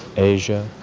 asia,